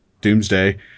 Doomsday